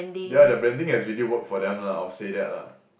ya the branding has really worked for them lah I would say that lah